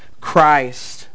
Christ